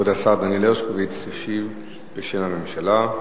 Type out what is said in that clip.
כבוד השר דניאל הרשקוביץ ישיב בשם הממשלה,